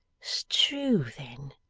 strew then,